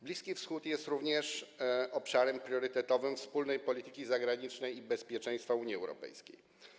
Bliski Wschód jest również obszarem priorytetowym wspólnej polityki zagranicznej i bezpieczeństwa Unii Europejskiej.